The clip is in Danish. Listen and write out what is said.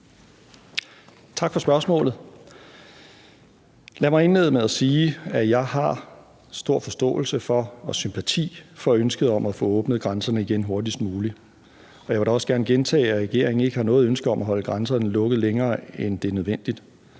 Tak for spørgsmålet. Lad mig indlede med at sige, at jeg har stor forståelse for og sympati for ønsket om at få åbnet grænserne igen hurtigst muligt. Jeg vil da også gerne gentage, at regeringen ikke har noget ønske om at holde grænserne lukket længere, end det er nødvendigt.